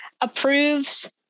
approves